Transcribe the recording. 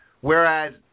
whereas